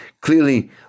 clearly